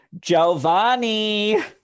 Giovanni